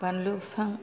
बानलु बिफां